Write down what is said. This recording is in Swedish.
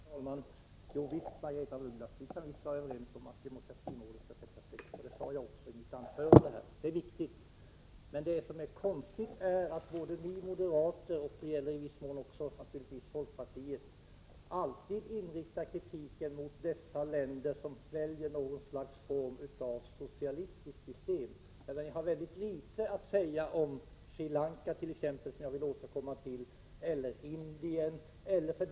Herr talman! Jo visst kan vi vara överens, Margaretha af Ugglas, om att demokratimålet skall sättas i förgrunden. Jag sade också i mitt anförande att det är viktigt. Det som är konstigt är att ni moderater och i viss mån också folkpartiet alltid riktar kritiken mot de länder som väljer någon form av socialistiskt system. Ni har litet att säga om t.ex. Sri Lanka, som jag vill återkomma till, eller Indien.